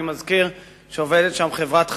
אני מזכיר שעובדת שם חברת "חלמיש",